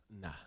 Nah